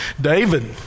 David